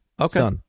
okay